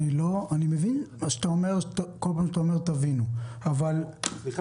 אני מבין את מה שאתה אומר, בכל פעם